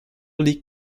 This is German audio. liegt